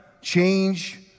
change